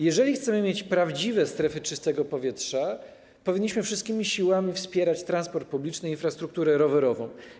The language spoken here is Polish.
Jeżeli chcemy mieć prawdziwe strefy czystego powietrza, powinniśmy wszystkimi siłami wspierać transport publiczny, infrastrukturę rowerową.